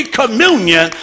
communion